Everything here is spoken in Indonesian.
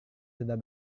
sudah